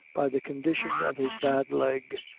by the condition of his bad leg,